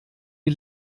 die